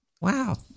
Wow